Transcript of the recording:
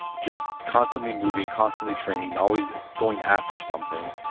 just constantly moving, constantly training, always going after something,